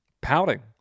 pouting